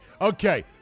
Okay